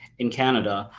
in canada,